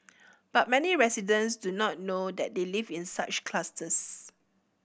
but many residents do not know that they live in such clusters